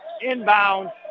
inbound